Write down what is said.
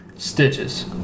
Stitches